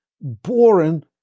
boring